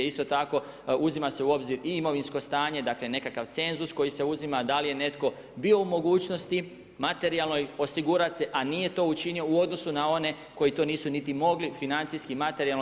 Isto tako, uzima se u obzir i imovinsko stanje, dakle, nekakav cenzus koji se uzima, da li je netko bio u mogućnosti, materijalnoj, osigurati, a nije to učinio, u odnose na one koji to nisu niti mogli, financijski, materijalno.